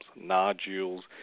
nodules